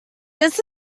this